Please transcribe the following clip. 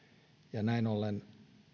näin ollen